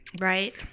right